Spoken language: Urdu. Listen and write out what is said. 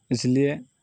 اس لیے